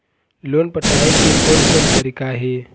Loan पटाए के कोन कोन तरीका हे?